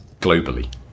globally